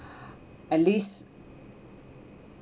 at least